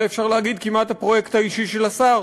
זה, אפשר להגיד, כמעט הפרויקט האישי של השר.